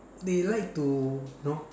they like to you know